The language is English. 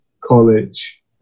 college